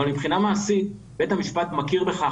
אבל מבחינה מעשית בית המשפט מכיר בכך